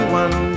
one